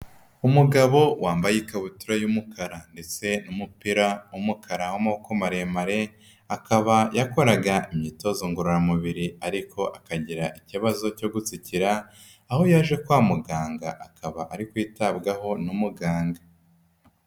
Umugabo wambaye ikabutura y'umukara ndetse n'umupira w'umukara w'amaboko maremare, akaba yakoraga imyitozo ngororamubiri ariko akagira ikibazo cyo gutsikira, aho yaje kwa muganga akaba ari kwitabwaho n'umuganga.